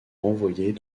renvoyés